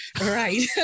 Right